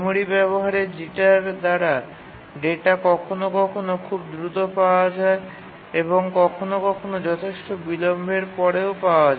memory ব্যাবহারের jitter দ্বারা data কখনও কখনও খুব দ্রুত পাওয়া যায় এবং কখনও কখনও যথেষ্ট বিলম্ব হতে পারে